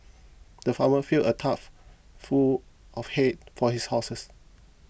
the farmer filled a trough full of hay for his horses